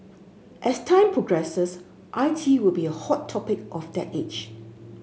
as time progresses I T will be a hot topic of that age